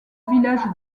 village